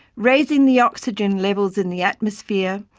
raising the oxygen levels in the atmosphere,